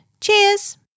Cheers